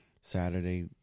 Saturday